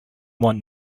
want